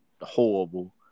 horrible